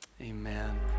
amen